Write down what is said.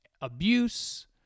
abuse